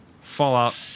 Fallout